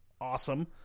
awesome